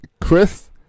Chris